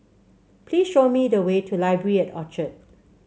please show me the way to Library at Orchard